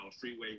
Freeway